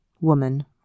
woman